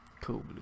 Cool